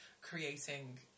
creating